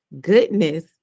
goodness